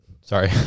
Sorry